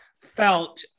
felt